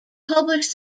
publish